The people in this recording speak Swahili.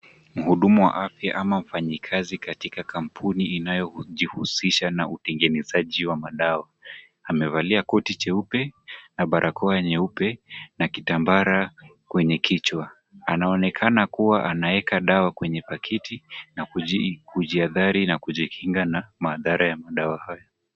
Mhudumu wa afya ama mfanyikazi katika kampuni inayojihusisha na utengenezaji wa madawa. Amevalia koti jeupe na barakoa jeupe na kitambara kwenye kichwa. Anaonekana kuwa anaweka dawa kwenye pakiti na kujihadhari na kujikinga na madhara ya madawa hayo.